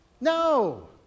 No